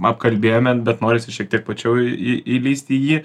apkalbėjome bet norisi šiek tiek plačiau į į įlįsti į jį